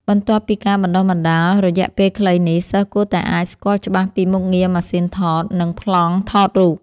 បន្ទាប់ពីការបណ្តុះបណ្តាលរយៈពេលខ្លីនេះ សិស្សគួរតែអាចស្គាល់ច្បាស់ពីមុខងារម៉ាស៊ីនថត និងប្លង់ថតរូប។